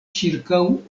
ĉirkaŭ